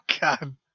God